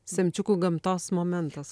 semčiukų gamtos momentas